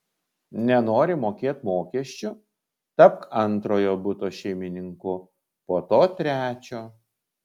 nenori mokėt mokesčių tapk antrojo buto šeimininku po to trečio